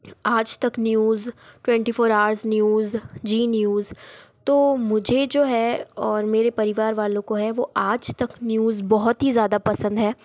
आज Tak news twenty four hours news Zee news तो मुझे जो है और मेरे परिवार वालों को है वह आज तक न्यूज बहुत ही ज़्यादा पसंद हैं